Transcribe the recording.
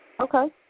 Okay